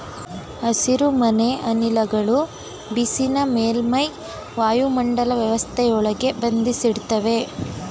ಹಸಿರುಮನೆ ಅನಿಲಗಳು ಬಿಸಿನ ಮೇಲ್ಮೈ ವಾಯುಮಂಡಲ ವ್ಯವಸ್ಥೆಯೊಳಗೆ ಬಂಧಿಸಿಡ್ತವೆ